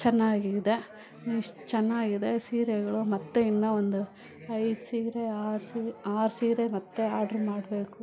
ಚೆನ್ನಾಗಿದೆ ಇಷ್ಟು ಚೆನ್ನಾಗಿದೆ ಸೀರೆಗಳು ಮತ್ತು ಇನ್ನು ಒಂದು ಐದು ಸೀರೆ ಆರು ಸೀ ಆರು ಸೀರೆ ಮತ್ತು ಆರ್ಡ್ರ್ ಮಾಡಬೇಕು